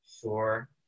Sure